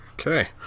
okay